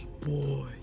boy